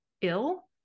ill